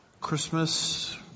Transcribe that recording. Christmas